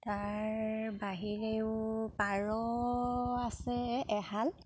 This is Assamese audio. তাৰ বাহিৰেও পাৰ আছে এহাল